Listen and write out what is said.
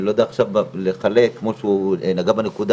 אני לא יודע עכשיו לחלק כמו שהוא נגע בנקודה,